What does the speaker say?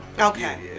okay